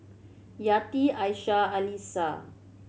Yati Aisyah Alyssa